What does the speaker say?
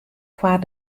foar